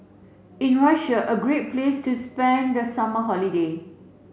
is Russia a great place to spend the summer holiday